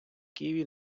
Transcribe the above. києві